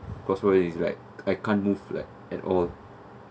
claustro~ is like I can't move like at all